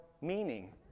meaning